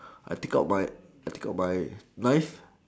I take out my I take out my knife